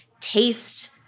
taste